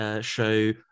show